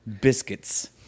Biscuits